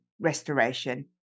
restoration